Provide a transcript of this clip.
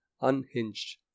unhinged